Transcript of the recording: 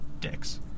dicks